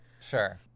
Sure